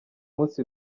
munsi